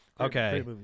Okay